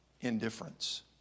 indifference